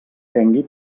tengui